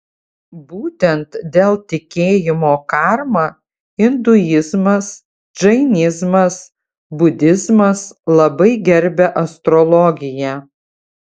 būtent dėl tikėjimo karma induizmas džainizmas budizmas labai gerbia astrologiją